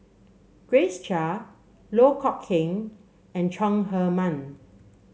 Grace Chia Loh Kok Heng and Chong Heman